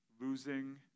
losing